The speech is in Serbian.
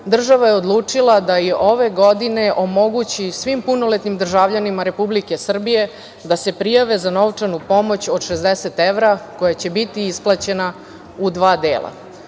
država je odlučila da ove godine omogući svim punoletnim državljanima Republike Srbije, da se prijave za novčanu pomoć od 60 evra, koja će biti isplaćena u dva